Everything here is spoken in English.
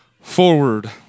forward